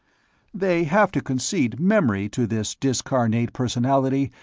they have to concede memory to this discarnate personality,